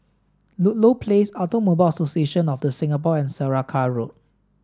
Ludlow Place Automobile Association of the Singapore and Saraca Road